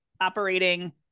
operating